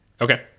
Okay